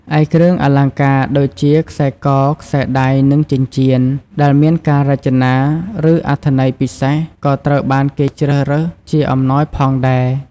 ឯគ្រឿងអលង្ការ ដូចជា ខ្សែក ខ្សែដៃ និងចិញ្ចៀន ដែលមានការរចនា ឬអត្ថន័យពិសេសក៏ត្រូវបានគេជ្រើរើសជាអំណោយផងដែរ។